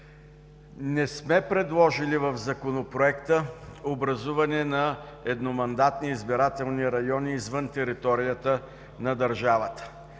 Не сме предложили в Законопроекта образуване на едномандатни избирателни райони извън територията на държавата,